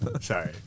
Sorry